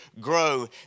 grow